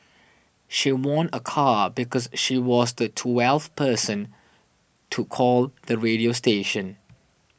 she won a car because she was the twelfth person to call the radio station